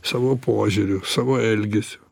savo požiūriu savo elgesiu